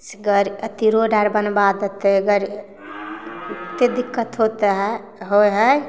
अथी रोड आओर बनबा देतै कतेक दिक्कत होता है होइ हइ